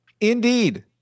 Indeed